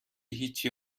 هیچی